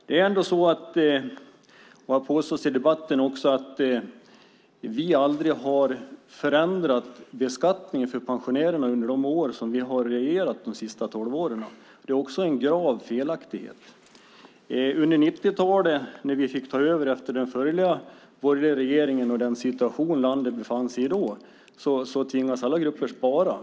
Det har påståtts i debatten att vi aldrig förändrade beskattningen för pensionärerna under de senaste tolv åren som vi regerade. Det är också en grav felaktighet. Under 90-talet, när vi fick ta över efter den förra borgerliga regeringen och den situation som landet befann sig i då, tvingades alla grupper att spara.